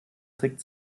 trick